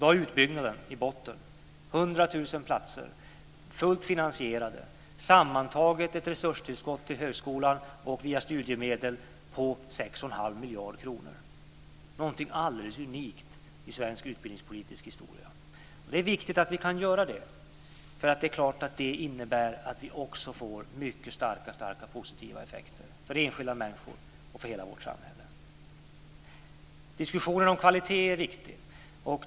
Då har utbyggnaden i botten, 100 000 platser, fullt finansierade, sammantaget gett ett resurstillskott till högskolan och via studiemedel på 6 1⁄2 miljarder kronor. Det är någonting alldeles unikt i svensk utbildningspolitisk historia. Det är viktigt att vi kan göra det. Det är klart att det innebär att vi också får mycket starka och positiva effekter för enskilda människor och för hela vårt samhälle. Diskussionen om kvalitet är viktig.